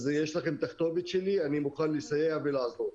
אז יש לכם את הכתובת שלי, אני מוכן לסייע ולעזור.